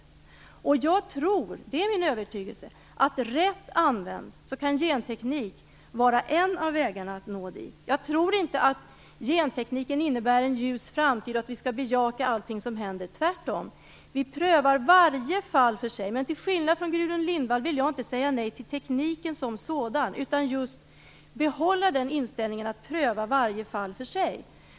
Rätt använd - det är min övertygelse - kan genteknik vara en av vägarna att nå det målet. Jag tror inte att gentekniken innebär en ljus framtid och att vi skall bejaka allting som händer, tvärtom. Vi prövar varje fall för sig. Men till skillnad från Gudrun Lindvall vill jag inte säga nej till tekniken som sådan utan behålla just inställningen att pröva varje fall för sig.